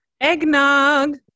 Eggnog